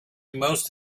most